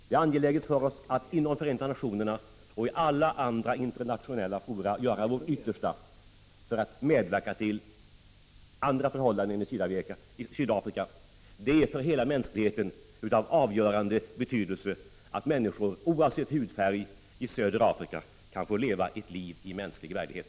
Det är angeläget för oss att inom Förenta nationerna och i alla andra internationella fora göra vårt yttersta för att medverka till andra förhållanden i Sydafrika. Det är för hela mänskligheten av avgörande betydelse att människor i södra Afrika oavsett hudfärg kan få leva ett liv i mänsklig värdighet.